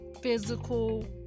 physical